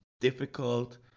difficult